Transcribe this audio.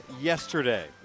yesterday